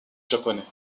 japonais